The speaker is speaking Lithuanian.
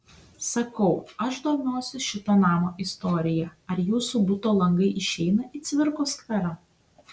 sakau aš domiuosi šito namo istorija ar jūsų buto langai išeina į cvirkos skverą